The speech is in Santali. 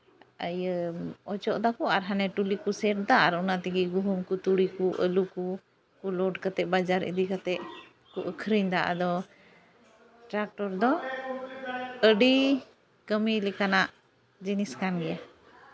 ᱤᱭᱟᱹ ᱚᱪᱚᱜ ᱮᱫᱟᱠᱚ ᱟᱨ ᱦᱟᱱᱮ ᱴᱚᱞᱤ ᱠᱚ ᱥᱮᱴᱫᱟ ᱟᱨ ᱚᱱᱟ ᱛᱮᱜᱮ ᱜᱚᱦᱩᱢ ᱠᱚ ᱛᱩᱲᱤ ᱠᱚ ᱟᱹᱞᱩ ᱠᱚ ᱞᱳᱰ ᱠᱟᱛᱮᱫ ᱵᱟᱡᱟᱨ ᱤᱫᱤ ᱠᱟᱛᱮᱫ ᱠᱚ ᱟᱠᱷᱨᱤᱧᱫᱟ ᱟᱫᱚ ᱴᱟᱨᱠᱴᱚᱨ ᱫᱚ ᱟᱹᱰᱤ ᱠᱟᱹᱢᱤ ᱞᱮᱠᱟᱱᱟᱜ ᱡᱤᱱᱤᱥ ᱠᱟᱱ ᱜᱮᱭᱟ